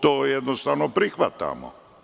To jednostavno prihvatamo.